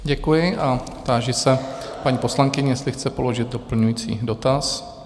Děkuji a táži se paní poslankyně, jestli chce položit doplňující dotaz?